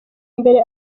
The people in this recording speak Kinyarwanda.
mbere